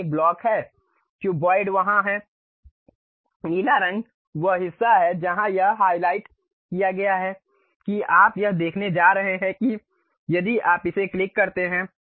वहाँ एक ब्लॉक है क्यूबॉइड वहाँ है नीला रंग वह हिस्सा है जहां यह हाइलाइट किया गया है कि आप यह देखने जा रहे हैं कि यदि आप इसे क्लिक करते हैं